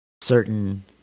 certain